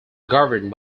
governed